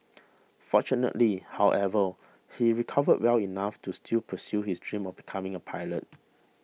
fortunately however he recovered well enough to still pursue his dream of becoming a pilot